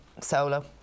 solo